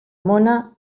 mona